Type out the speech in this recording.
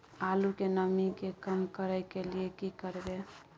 आलू के नमी के कम करय के लिये की करबै?